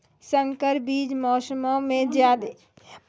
संकर बीज मौसमो मे ज्यादे बदलाव के प्रतिरोधी आरु बिमारी प्रतिरोधी होय छै